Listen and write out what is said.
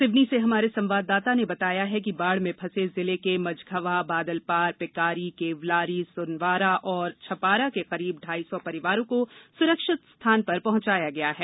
सिवनी से हमारे संवाददाता ने बताया है कि बाढ़ में फंसे जिले के मझगवां बादलपार पिकारी केवलारी सुनवारा और छपारा के करीब ढाई सौ परिवारों को सुरक्षित स्थान पर पहुंचाया गया है